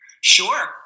Sure